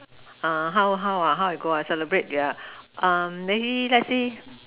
how how how I go I celebrate yeah maybe let's say